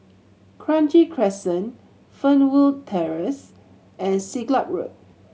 Kranji Crescent Fernwood Terrace and Siglap Road